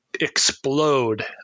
explode